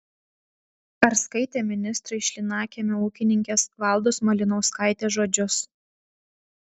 ar skaitė ministrai šlynakiemio ūkininkės valdos malinauskaitės žodžius